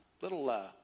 little